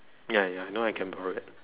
ya ya now I can borrow it